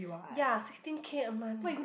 ya sixteen K a month eh